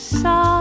saw